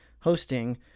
hosting